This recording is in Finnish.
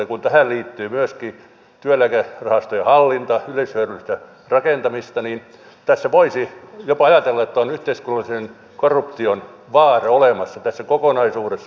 ja kun tähän liittyy myöskin työeläkerahastojen hallinta yleishyödyllistä rakentamista niin tässä voisi jopa ajatella että on yhteiskunnallisen korruption vaara olemassa tässä kokonaisuudessa